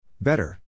Better